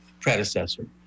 predecessor